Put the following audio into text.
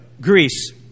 Greece